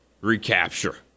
recapture